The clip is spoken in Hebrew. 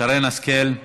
שרן השכל,